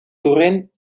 torrent